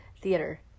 theater